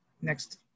next